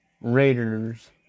Raiders